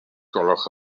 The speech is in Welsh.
gwelwch